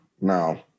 no